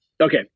okay